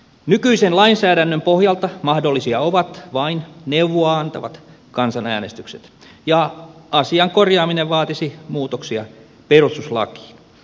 nykyisen lainsäädännön pohjalta mahdollisia ovat vain neuvoa antavat kansanäänestykset ja asian korjaaminen vaatisi muutoksia perustuslakiin